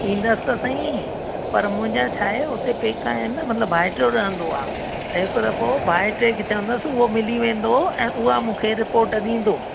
ईंदसि त सहीं पर मुंहिंजा छा आहे हुते पेका आहिनि न मतिलबु भाइटियो रहंदो आहे त हिकु दफ़ो भाइटे खे चवंदसि उहो मिली वेंदो ऐं उहो मूंखे रिपोर्ट ॾींदो